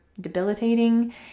debilitating